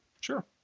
Sure